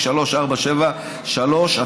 התשע"ז 2016,